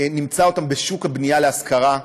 נמצא אותם בשוק הבנייה להשכרה,